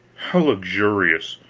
how luxurious,